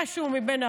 משהו מבין החוקים,